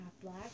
black